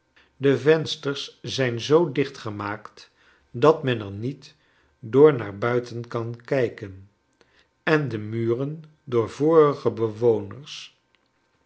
de vensters zijn zoo dichtgemaakt dat men er niet door naar buiten kan kijken en de muren door vorige bewoners